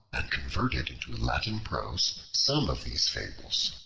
and converted into latin prose, some of these fables.